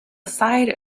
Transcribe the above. side